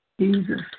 Jesus